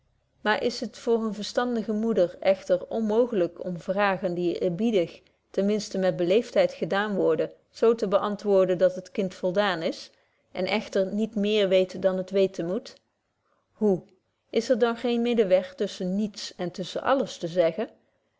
maar is het voor eene verstandige moeder echter onmooglyk om vragen die eerbiedig ten minsten met beleefdheid gedaan worden zo te beantwoorden dat het kind voldaan is en echter niet meer weet dan het weten moet hoe is er dan geen middelweg tusschen niets en tusschen alles te zeggen